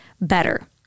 better